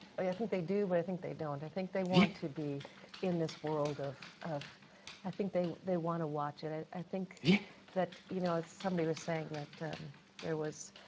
i i think they do but i think they don't. i think they want to be in this world of, of i think they, they want to watch it. i i think that, you know, as somebody was saying, that um there was,